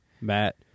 Matt